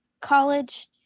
college